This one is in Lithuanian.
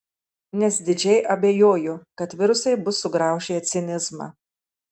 nes didžiai abejoju kad virusai bus sugraužę cinizmą